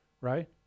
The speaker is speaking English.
Right